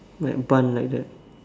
like bun like that